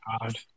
God